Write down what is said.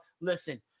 listen